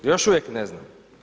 Još uvijek ne znam.